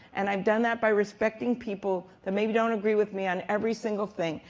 and i've done that by respecting people that maybe don't agree with me on every single thing,